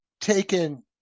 taken